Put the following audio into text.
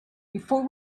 before